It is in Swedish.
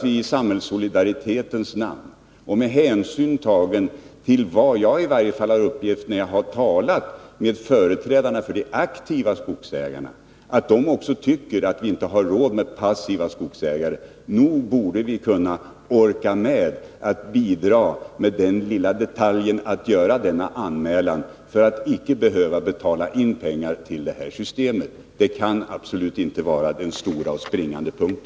I samhällssolidaritetens namn, och med hänsyn tagen till vad i varje fall jag har upplevt när jag har talat med representanter för de aktiva skogsägarna, tror jag att också de tycker att vi inte har råd med passiva skogsägare. Nog borde man orka bidra med den lilla detaljen att göra denna anmälan för att icke behöva betala in pengar till det här systemet. Detta kan absolut inte vara den springande punkten.